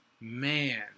Man